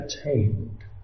attained